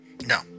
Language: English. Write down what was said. No